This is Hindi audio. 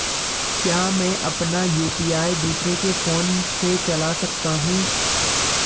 क्या मैं अपना यु.पी.आई दूसरे के फोन से चला सकता हूँ?